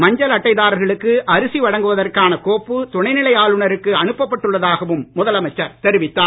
மஞ்சள் அட்டைதாரர்களுக்கு அரிசி வழங்குவதற்கான கோப்பு துணை நிலை ஆளுநருக்கு அனுப்பப்பட்டுள்ளதாகவும் முதலமைச்சர் தெரிவித்தார்